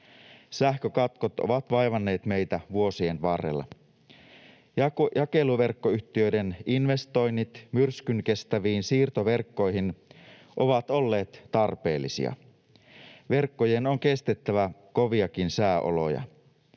Sähkökatkot ovat vaivanneet meitä vuosien varrella. Jakeluverkkoyhtiöiden investoinnit myrskynkestäviin siirtoverkkoihin ovat olleet tarpeellisia. Verkkojen on kestettävä koviakin sääoloja.